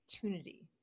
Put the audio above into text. opportunity